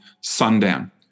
sundown